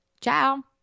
Ciao